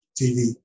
TV